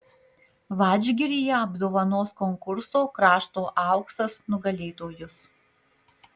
vadžgiryje apdovanos konkurso krašto auksas nugalėtojus